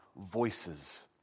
voices